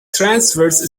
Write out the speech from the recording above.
transverse